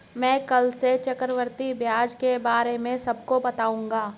मैं कल से चक्रवृद्धि ब्याज के बारे में सबको बताऊंगा